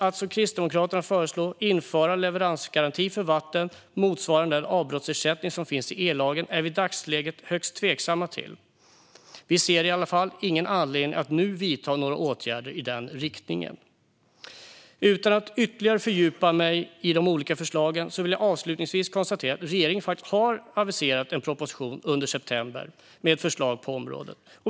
Att, som Kristdemokraterna föreslår, införa en leveransgaranti för vatten motsvarande den avbrottsersättning som finns i ellagen är vi i dagsläget högst tveksamma till. Vi ser i alla fall ingen anledning att nu vidta några åtgärder i den riktningen. Utan att ytterligare fördjupa mig i de olika förslagen vill jag avslutningsvis konstatera att regeringen faktiskt har aviserat en proposition under september med förslag på området.